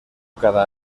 cada